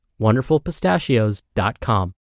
wonderfulpistachios.com